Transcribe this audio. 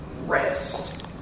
rest